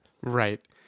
Right